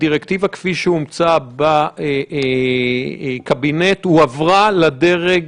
דירקטיבה כפי שהיא אומצה בקבינט הועברה לדרג,